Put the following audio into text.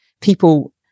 people